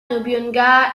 nobunaga